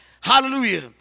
Hallelujah